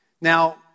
Now